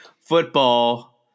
football